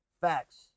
Facts